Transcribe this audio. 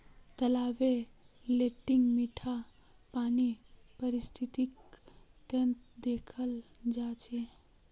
तालाबत लेन्टीक मीठा पानीर पारिस्थितिक तंत्रक देखाल जा छे